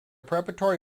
preparatory